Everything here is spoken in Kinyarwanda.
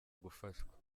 gufashwa